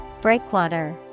Breakwater